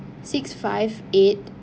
six five eight